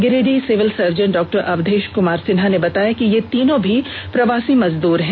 Giridih civil surgeon डॉ अवधेश कमार सिन्हा ने बताया कि ये तीनों भी प्रवासी मजदूर हैं